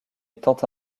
étant